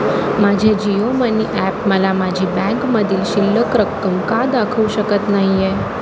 माझे Jio money app मला माझी बँकमधील शिल्लक रक्कम का दाखवू शकत नाही आहे